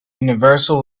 universal